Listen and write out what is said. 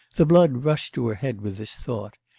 the blood rushed to her head with this thought.